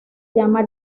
llama